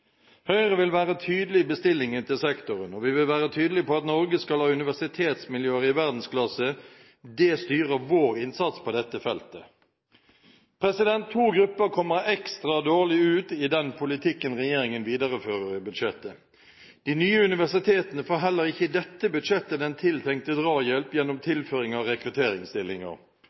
Høyre vil være tydelig i bestillingen til sektoren, og vi vil være tydelige på at Norge skal ha universitetsmiljøer i verdensklasse. Det styrer vår innsats på dette feltet. To grupper kommer ekstra dårlig ut i den politikken regjeringen viderefører i budsjettet. De nye universitetene får heller ikke i dette budsjettet den tiltenkte drahjelp gjennom tilføring av rekrutteringsstillinger.